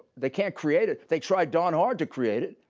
they can't create it. they tried darn hard to create it.